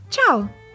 Ciao